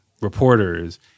reporters